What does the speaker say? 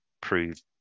prove